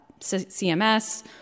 CMS